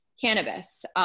cannabis